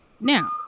Now